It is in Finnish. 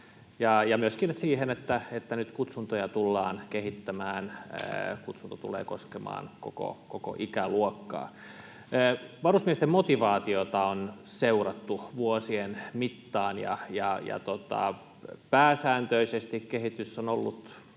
myöskin siihen, että nyt kutsuntoja tullaan kehittämään, kutsunta tulee koskemaan koko ikäluokkaa. Varusmiesten motivaatiota on seurattu vuosien mittaan, ja pääsääntöisesti kehitys on ollut